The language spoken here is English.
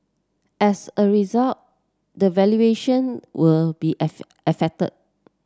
as a result the valuation will be affected